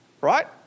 right